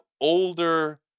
older